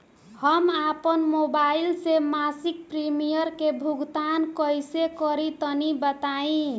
हम आपन मोबाइल से मासिक प्रीमियम के भुगतान कइसे करि तनि बताई?